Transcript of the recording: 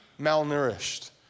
malnourished